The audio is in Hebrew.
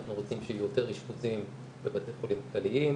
אנחנו רוצים שיהיו יותר אשפוזים בבתי חולים כלליים,